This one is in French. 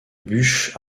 buch